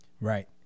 Right